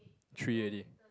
three already